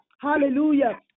Hallelujah